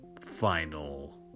final